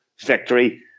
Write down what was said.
victory